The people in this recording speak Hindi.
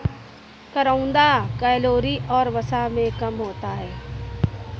करौंदा कैलोरी और वसा में कम होते हैं